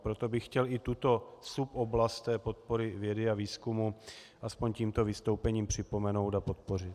Proto bych chtěl i tuto suboblast podpory vědy a výzkumu aspoň tímto vystoupením připomenout a podpořit.